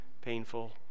painful